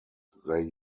they